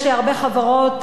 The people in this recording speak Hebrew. יש הרבה חברות,